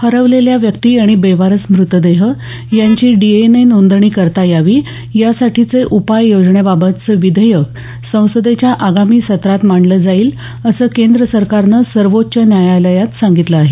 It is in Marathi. हरवलेल्या व्यक्ती आणि बेवारस मृतदेह यांची डीएनए नोंदणी करता यावी यासाठीचे उपाय योजण्याबाबतचं विधेयक संसदेच्या आगामी सत्रात मांडलं जाईल असं केंद्रसरकारनं सर्वोच्च न्यायालयात सांगितलं आहे